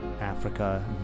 Africa